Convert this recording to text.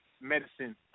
medicine